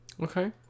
Okay